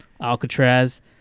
Alcatraz